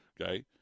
okay